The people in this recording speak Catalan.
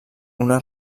una